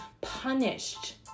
punished